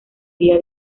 vía